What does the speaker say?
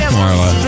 Marla